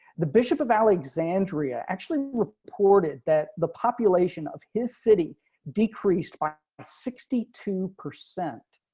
the bishop of alexandria actually reported that the population of his city decreased by sixty two percent